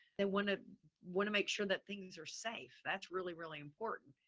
they want to want to make sure that things are safe. that's really, really important.